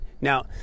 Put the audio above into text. Now